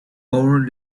our